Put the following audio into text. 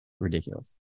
ridiculous